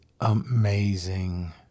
amazing